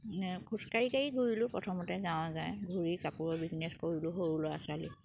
খোজকাঢ়ি কাঢ়ি ঘূৰিলোঁ প্ৰথমতে গাঁৱে গাঁৱে ঘূৰি কাপোৰৰ বিজনেছ কৰিলোঁ সৰু ল'ৰা ছোৱালী